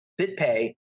Bitpay